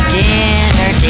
dinner